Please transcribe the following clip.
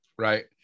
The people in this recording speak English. Right